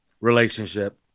relationship